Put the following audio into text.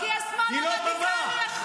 כי השמאל הרדיקלי אחראי,